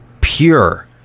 pure